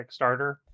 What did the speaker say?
kickstarter